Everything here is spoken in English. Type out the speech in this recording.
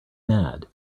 mad